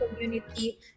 community